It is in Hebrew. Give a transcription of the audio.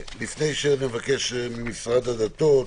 לפני שנבקש ממשרד הדתות,